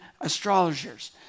astrologers